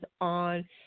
on